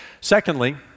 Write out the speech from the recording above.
Secondly